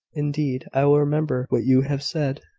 indeed, i will remember what you have said.